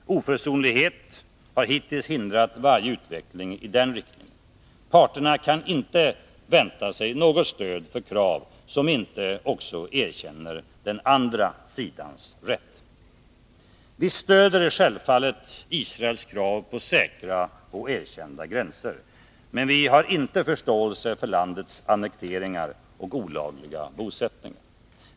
Oförsonlighet har hittills hindrat varje utveckling i den riktningen. Parterna kan inte vänta sig något stöd för krav som inte också erkänner den andra sidans rätt. Vi stöder självfallet Israels krav på säkra och erkända gränser, men vi har inte förståelse för landets annekteringar och olagliga bosättningar.